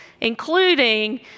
including